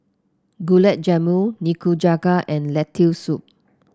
Gulab Jamun Nikujaga and Lentil Soup